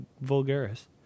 vulgaris